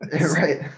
right